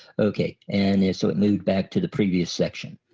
okay and so it moved back to the previous section.